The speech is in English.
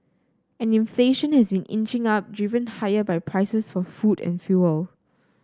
and inflation has been inching up driven by higher prices for food and fuel